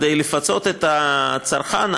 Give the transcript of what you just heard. כדי לפצות את הצרכן,